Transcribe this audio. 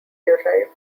derived